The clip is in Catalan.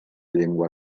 llengua